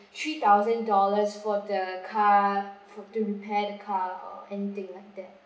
three thousand dollars for the car for to repair the car or anything like that